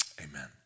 Amen